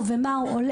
ומיהו ומהו,